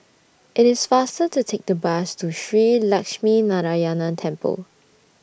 IT IS faster to Take The Bus to Shree Lakshminarayanan Temple